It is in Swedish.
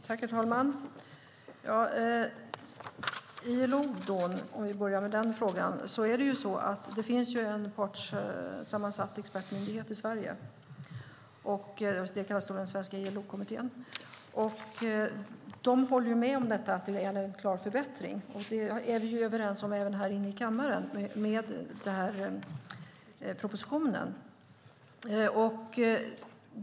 Herr talman! När det gäller frågan om ILO-konventionerna finns det en partssammansatt expertmyndighet i Sverige, Svenska ILO-kommittén. Den håller med om att det är en klar förbättring. Det är vi överens om även här i kammaren med anledning av propositionen.